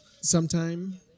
Sometime